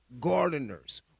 gardeners